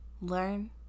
Learn